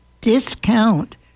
discount